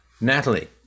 Natalie